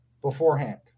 beforehand